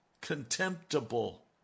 contemptible